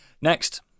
Next